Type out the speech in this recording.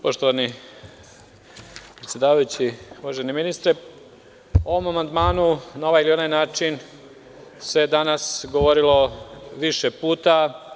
Poštovani predsedavajući, uvaženi ministre, o ovom amandmanu, na ovaj ili onaj način, danas se govorilo više puta.